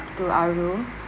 to our room